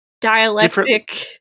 dialectic